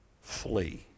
flee